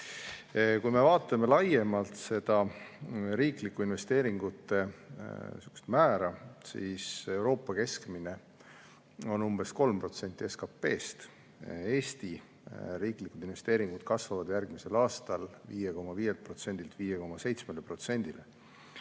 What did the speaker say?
Kui me vaatame laiemalt riiklike investeeringute määra, siis Euroopa keskmine on umbes 3% SKP‑st. Eesti riiklikud investeeringud kasvavad järgmisel aastal 5,5%‑lt